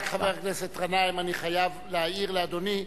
חבר הכנסת גנאים, אני רק חייב להעיר לאדוני,